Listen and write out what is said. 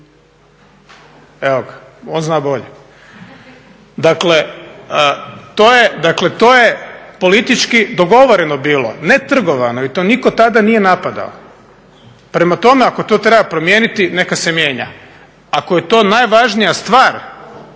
Evo ga, on zna bolje. Dakle, to je politički dogovoreno bilo, ne trgovano i to nitko tada nije napadao. Prema tome, ako to treba promijeniti, neka se mijenja. Ako je to najvažnija stvar